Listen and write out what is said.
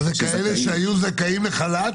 אבל זה כאלה שהיו זכאים לחל"ת?